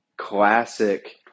classic